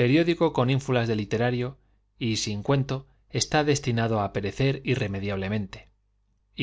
periódico con ínfulas de literario y sin cuento está destinado á perecer irremedia blemente